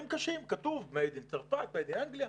קשים עליהם כתוב שזה מצרפת או מאנגליה.